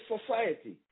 society